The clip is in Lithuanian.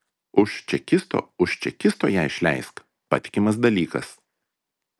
už čekisto už čekisto ją išleisk patikimas dalykas